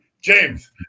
James